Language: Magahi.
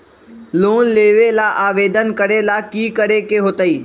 लोन लेबे ला आवेदन करे ला कि करे के होतइ?